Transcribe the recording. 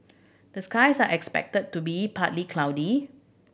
the skies are expected to be partly cloudy